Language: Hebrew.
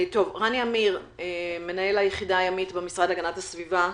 רני עמיר, מנהל היחידה הימית במשרד להגנת הסביבה.